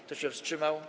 Kto się wstrzymał?